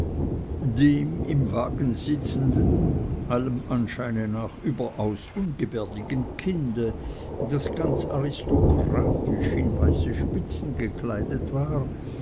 dem im wagen sitzenden allem anscheine nach überaus ungebärdigen kinde das ganz aristokratisch in weiße spitzen gekleidet war